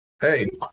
hey